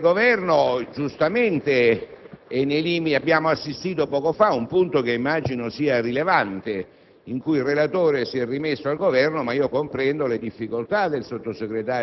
Signor Presidente, il mio Gruppo, da questo momento in poi, si trova in forte imbarazzo, perché stiamo affrontando una legge rilevante, come la legge comunitaria